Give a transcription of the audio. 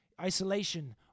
isolation